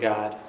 God